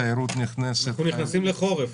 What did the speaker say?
תיירות נכנסת --- אנחנו נכנסים לחורף,